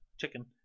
chicken